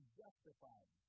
justified